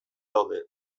daude